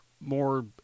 more